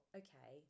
okay